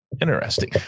interesting